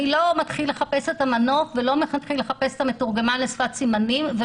הוא לא מתחיל לחפש את המתורגמן לשפת סימנים.